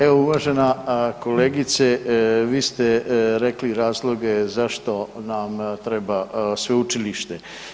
Evo uvažena kolegice vi ste rekli razloge zašto nam treba sveučilište.